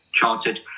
chartered